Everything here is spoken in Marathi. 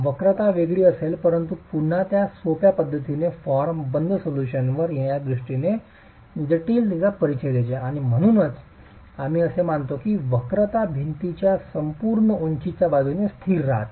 वक्रता वेगळी असेल परंतु पुन्हा त्या सोप्या पद्धतीने बंद फॉर्म सोल्यूशनवर येण्याच्या दृष्टीने जटिलतेचा परिचय देते आणि म्हणूनच आम्ही असे मानतो की वक्रता भिंतीच्या संपूर्ण उंचीच्या बाजूने स्थिर राहते